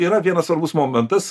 yra vienas svarbus momentas